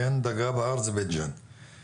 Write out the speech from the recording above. גב ההר זה בית ג'ן-ראמה,